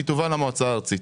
היא תובא למועצה הארצית.